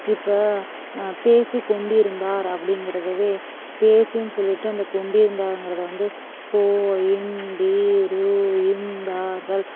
இப்போ பேசிக்கொண்டு இருந்தார் அப்படிங்கிறதுவே பேசின் சொல்லிவிட்டு அந்த கொண்டி இருந்தார்ங்கறதை வந்து கொ ண் டி ரு ந் தார்கள்